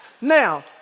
now